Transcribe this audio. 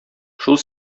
шул